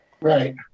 Right